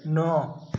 नओ